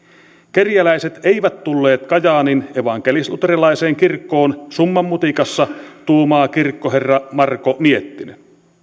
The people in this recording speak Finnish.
kerjäläiset eivät tulleet kajaanin evankelisluterilaiseen kirkkoon summanmutikassa tuumaa kirkkoherra marko miettinen